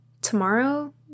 Tomorrow